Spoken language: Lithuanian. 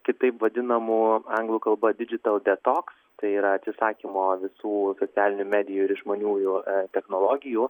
kitaip vadinamų anglų kalba didžital detoks tai yra atsisakymo visų socialinių medijų ir išmaniųjų technologijų